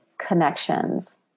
Connections